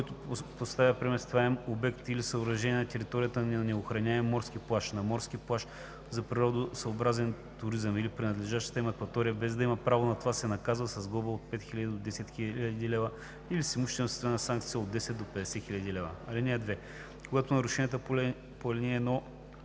Който постави преместваем обект или съоръжение на територията на неохраняем морски плаж, на морски плаж за природосъобразен туризъм или прилежащата им акватория, без да има право на това, се наказва с глоба от 5000 до 10 000 лв. или с имуществена санкция от 10 000 до 50 000 лв. (2) Когато нарушението по ал. 1